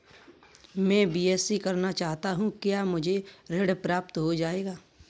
मैं बीएससी करना चाहता हूँ क्या मुझे ऋण प्राप्त हो जाएगा?